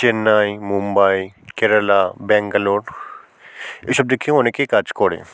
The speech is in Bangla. চেন্নাই মুম্বাই কেরালা ব্যাঙ্গালোর এইসব দিকেও অনেকে কাজ করে